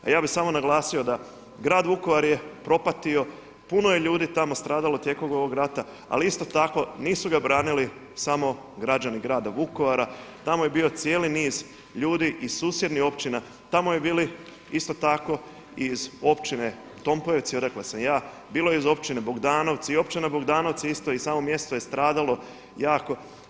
A ja bih samo naglasio da Grad Vukovar je propatio, puno je ljudi tamo stradalo tijekom ovoga rata, ali isto tako nisu ga branili samo građani grada Vukovara, tamo je bio cijeli niz ljudi iz susjednih općina, tamo je bilo isto tako iz općine Tompojevci, odakle sam ja, bilo je iz općine Bogdanovci, i općina Bogdanovci isto i samo mjesto je stradalo jako.